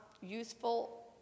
useful